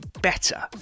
better